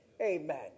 amen